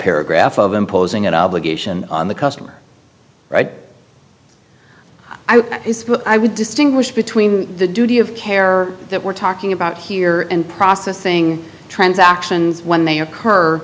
paragraph of imposing an obligation on the customer i would distinguish between the duty of care that we're talking about here and processing transactions when they occur